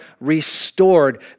restored